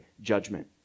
judgment